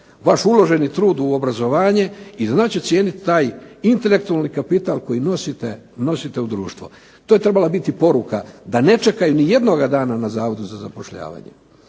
vaš uloženi trud u obrazovanje i znat će cijeniti taj intelektualni kapital koji nosite u društvo. To je trebala biti poruka da ne čekaju ni jednoga dana na Zavodu za zapošljavanje.